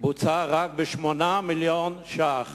ביצוע רק ב-8 מיליוני ש"ח